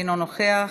אינו נוכח,